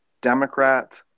democrat